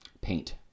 paint